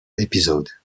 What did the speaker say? episode